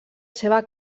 seva